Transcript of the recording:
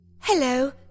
Hello